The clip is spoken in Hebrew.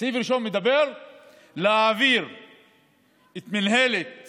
סעיף ראשון מדבר על להעביר את מינהלת